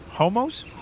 Homos